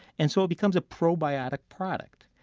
and so it becomes a probiotic product.